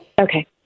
Okay